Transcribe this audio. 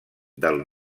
del